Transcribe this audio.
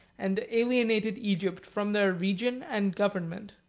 and alienated egypt from their religion and government.